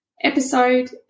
episode